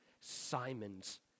Simon's